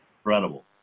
incredible